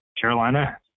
Carolina